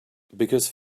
because